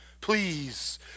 Please